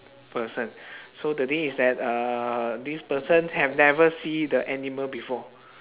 person so the thing is that uh this person have never see the animal before